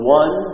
one